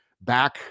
back